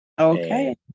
Okay